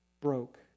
broke